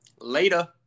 later